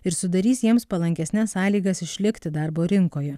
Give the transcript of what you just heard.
ir sudarys jiems palankesnes sąlygas išlikti darbo rinkoje